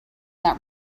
that